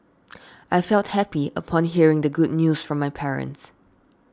I felt happy upon hearing the good news from my parents